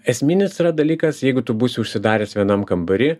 esminis dalykas jeigu tu būsi užsidaręs vienam kambary